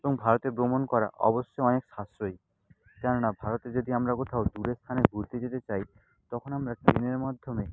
এবং ভারতে ভ্রমণ করা অবশ্য অনেক সাশ্রয়ী কেননা ভারতে যদি আমরা কোথাও দূরের স্থানে ঘুরতে যেতে চাই তখন আমরা ট্রেনের মাধ্যমে